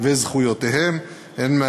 הצעת חוק